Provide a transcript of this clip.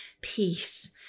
peace